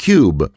Cube